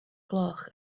gloch